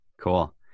cool